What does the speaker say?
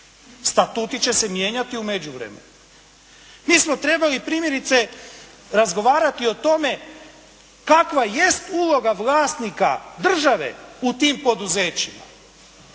Statuti će se mijenjati u međuvremenu. Mi smo trebali primjerice razgovarati o tome kakva jest uloga vlasnika države u tim poduzećima,